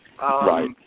Right